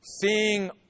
seeing